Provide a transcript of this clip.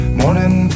morning